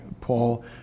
Paul